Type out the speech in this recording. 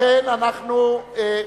מי נמנע?